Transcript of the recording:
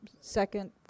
Second